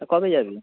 তা কবে যাবি